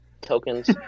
tokens